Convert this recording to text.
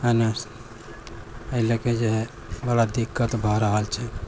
पहिने एहि लऽ के जे हइ बड़ा दिक्कत भऽ रहल छै